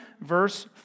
verse